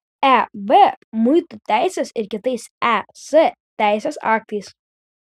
eb muitų teisės ir kitais es teisės aktais